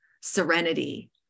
serenity